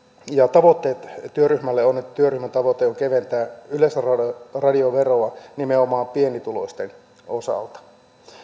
ja tavoite työryhmälle on että työryhmän tavoite on keventää yleisradioveroa nimenomaan pienituloisten osalta